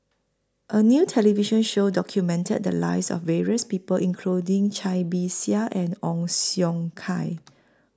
A New television Show documented The Lives of various People including Cai Bixia and Ong Siong Kai